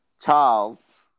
Charles